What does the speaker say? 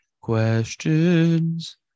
questions